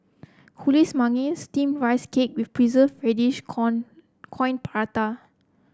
Kuih Manggis steamed Rice Cake with Preserved Radish con Coin Prata